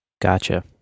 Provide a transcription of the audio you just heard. Gotcha